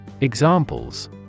Examples